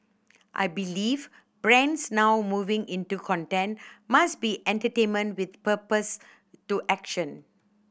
I believe brands now moving into content must be entertainment with purpose to action